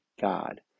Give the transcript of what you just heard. God